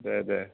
दे दे